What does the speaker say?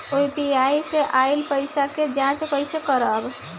UPI से आइल पईसा के जाँच कइसे करब?